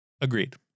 Agreed